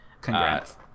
Congrats